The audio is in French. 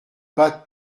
pas